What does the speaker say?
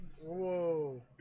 whoa